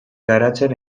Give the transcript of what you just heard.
garatzen